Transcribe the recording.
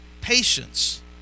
patience